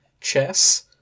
chess